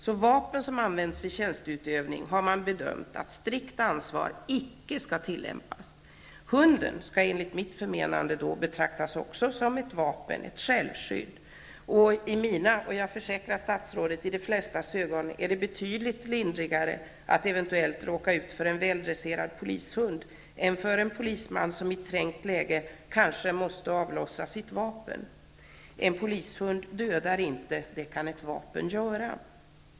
När vapen används vid tjänsteutövning har man bedömt att strikt ansvar icke skall tillämpas. Hunden skall enligt mitt förmenande betraktas som ett vapen, ett självskydd. I mina -- och, jag försäkrar statsrådet, i de flestas -- ögon är det betydligt lindrigare att eventuellt råka ut för en väldresserad polishund än för en polisman som i trängt läge kanske måste avlossa sitt vapen. En polishund dödar inte. Det kan ett vapen göra.